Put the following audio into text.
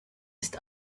ist